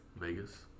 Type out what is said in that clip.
Vegas